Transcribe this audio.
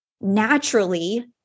naturally